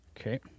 Okay